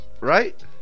Right